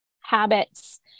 habits